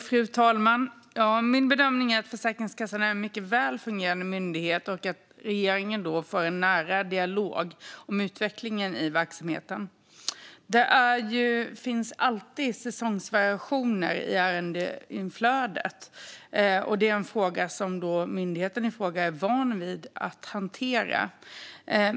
Fru talman! Min bedömning är att Försäkringskassan är en mycket väl fungerande myndighet, och regeringen för en nära dialog om utvecklingen i verksamheten. Det finns alltid säsongsvariationer i ärendeinflödet, och det är något som myndigheten i fråga är van vid att hantera.